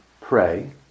pray